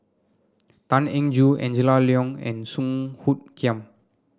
Tan Eng Joo Angela Liong and Song Hoot Kiam